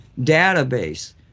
database